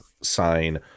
sign